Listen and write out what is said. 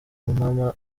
mama